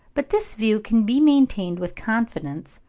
but this view can be maintained with confidence,